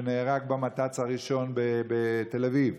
שנהרג במת"צ הראשון בתל אביב.